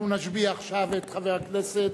אנחנו נשביע עכשיו את חבר הכנסת.